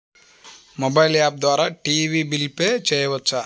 Mobile app ద్వారా TV bill pay చేయవచ్చా?